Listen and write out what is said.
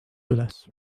üles